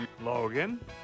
Logan